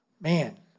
man